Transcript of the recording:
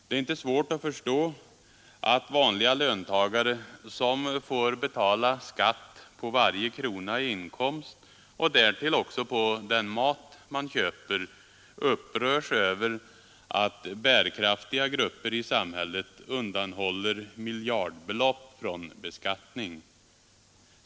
Det är inte svårt att förstå att vanliga löntagare, som får betala skatt på varje krona i inkomst och därtill också på den mat man köper, upprörs över att bärkraftiga grupper i samhället undanhåller miljardbelopp från beskattning.